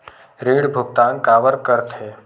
ऋण भुक्तान काबर कर थे?